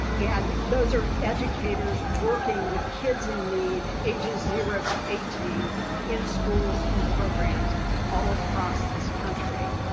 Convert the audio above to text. and those are educators working with kids in need aging zero to eighteen in schools and programs all across this country.